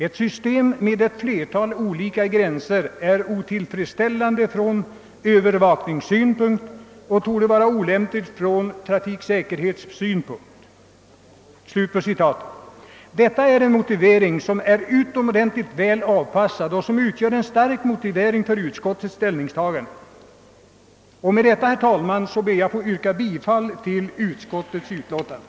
Ett system med ett flertal olika gränser är otillfredsställande från Öövervakningssynpunkt och torde vara olämpligt från trafiksäkerhetssynpunkt.» Detta är en motivering som är utomordentligt väl avpassad och utgör ett starkt stöd för utskottets ställningstagande. Med detta, herr talman, ber jag att få yrka bifall till utskottets hemställan.